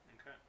Okay